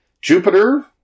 Jupiter